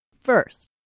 First